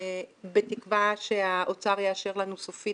בתקווה שהאוצר יאשר לנו סופית,